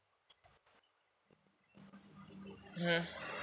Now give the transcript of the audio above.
mmhmm